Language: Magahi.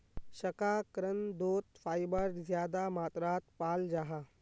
शकार्कंदोत फाइबर ज्यादा मात्रात पाल जाहा